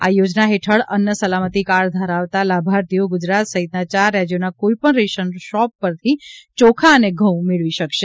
આ યોજના હેઠળ અન્ન સલામતી કાર્ડ ધરાવતા લાભાર્થીઓ ગુજરાત સહિતના ચાર રાજ્યોના કોઇપણ રેશનશોપ પરથી ચોખા અને ઘઉં મેળવી શકશે